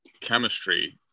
chemistry